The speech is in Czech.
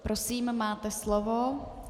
Prosím, máte slovo.